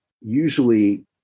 usually